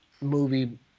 movie